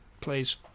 Please